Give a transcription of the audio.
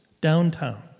downtown